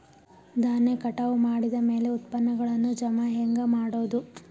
ಧಾನ್ಯ ಕಟಾವು ಮಾಡಿದ ಮ್ಯಾಲೆ ಉತ್ಪನ್ನಗಳನ್ನು ಜಮಾ ಹೆಂಗ ಮಾಡೋದು?